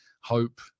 hope